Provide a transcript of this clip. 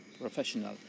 professional